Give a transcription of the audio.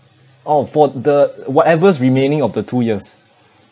orh for the whatever's remaining of the two years